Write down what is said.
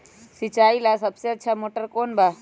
सिंचाई ला सबसे अच्छा मोटर कौन बा?